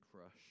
crush